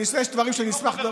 יש דברים שאני אשמח לדבר עליהם.